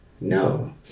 No